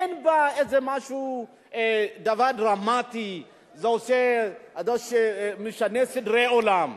אין בה איזה משהו, דבר דרמטי שמשנה סדרי עולם.